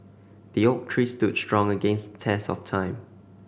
the oak tree stood strong against test of time